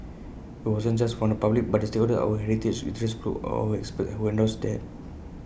IT wasn't just from the public but the stakeholders our heritage interest groups our experts who endorsed that